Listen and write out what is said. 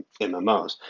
MMOs